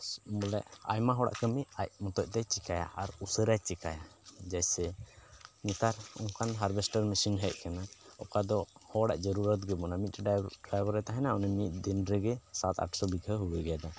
ᱵᱚᱞᱮ ᱟᱭᱢᱟ ᱦᱚᱲᱟᱜ ᱠᱟᱹᱢᱤ ᱟᱡ ᱢᱚᱛᱚᱛᱮ ᱪᱤᱠᱟᱹᱭᱟ ᱟᱨ ᱩᱥᱟᱹᱨᱟᱛᱮᱭ ᱪᱤᱠᱟᱭᱟ ᱡᱮᱭᱥᱮ ᱱᱮᱛᱟᱨ ᱚᱱᱠᱟᱱ ᱦᱟᱨᱵᱷᱮᱥᱴᱟᱨ ᱢᱮᱥᱤᱱ ᱦᱮᱡ ᱠᱟᱱᱟ ᱚᱠᱟ ᱫᱚ ᱦᱚᱲᱟᱜ ᱡᱟᱹᱨᱩᱨᱚᱫ ᱜᱮ ᱵᱟᱹᱱᱩᱜᱼᱟ ᱢᱤᱫᱴᱮᱱ ᱦᱚᱲ ᱰᱨᱟᱭᱵᱷᱟᱨᱮ ᱛᱟᱦᱮᱱᱟ ᱢᱤᱫ ᱫᱤᱱ ᱨᱮᱜᱮ ᱥᱟᱛ ᱟᱴᱥᱚ ᱵᱤᱜᱷᱟᱹ ᱦᱳᱲᱳᱭ ᱜᱮᱫᱟ